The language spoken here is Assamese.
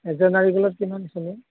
এযোৰ নাৰিকলত কিমান চেনি